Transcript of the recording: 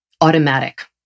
automatic